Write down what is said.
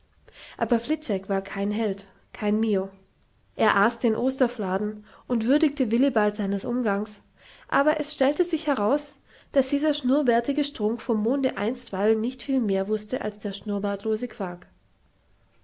aber fliczek war kein held kein mio er aß den osterfladen und würdigte willibald seines umgangs aber es stellte sich heraus daß dieser schnurrbärtige strunk vom monde einstweilen nicht viel mehr wußte als der schnurrbartlose quark